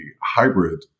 hybrid